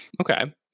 okay